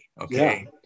okay